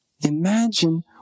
Imagine